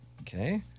Okay